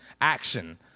action